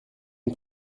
une